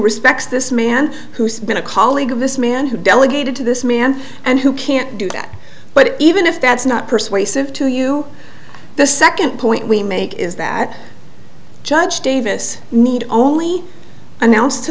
respects this man who's been a colleague of this man who delegated to this man and who can't do that but even if that's not persuasive to you the second point we make is that judge davis need only announce to